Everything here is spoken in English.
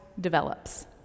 develops